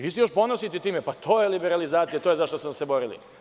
Vi se još ponosite time – to je liberalizacija, to je zašta smo se borili.